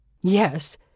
Yes